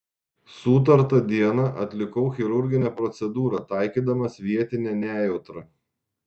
sutartą dieną atlikau chirurginę procedūrą taikydamas vietinę nejautrą